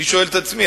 אני שואל את עצמי,